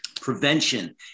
prevention